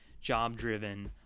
job-driven